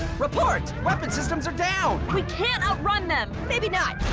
report. weapon systems are down. we can't outrun them. maybe not,